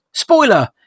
Spoiler